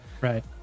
right